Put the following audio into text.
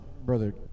Brother